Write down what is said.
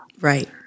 Right